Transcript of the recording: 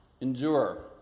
Endure